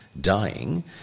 dying